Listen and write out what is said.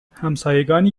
همسایگانی